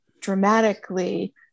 dramatically